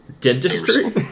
Dentistry